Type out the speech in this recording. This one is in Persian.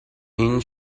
این